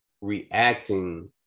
reacting